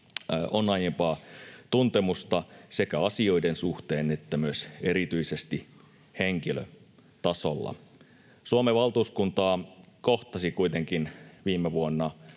on aiempaa tuntemusta sekä asioiden suhteen että erityisesti myös henkilötasolla. Suomen valtuuskunta kohtasi kuitenkin viime vuonna